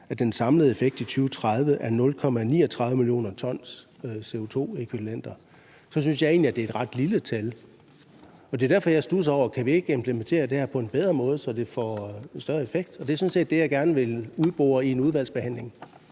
at den samlede effekt i 2030 er 0,39 mio. t CO2-ækvivalenter, så synes jeg egentlig, at det er et ret lille tal. Og det er derfor, at jeg har studset over, om vi ikke kunne implementere det her på en bedre måde, så det får større effekt. Det er sådan set det, jeg gerne ville udbore i en udvalgsbehandling.